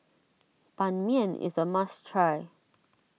Ban Mian is a must try